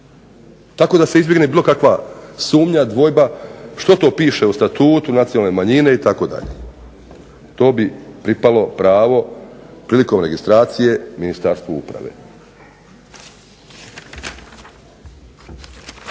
Tako da se izbjegne bilo kakva sumnja, dvojba što to piše u Statutu nacionalne manjine itd. To bi pripalo pravo prilikom registracije Ministarstvu uprave.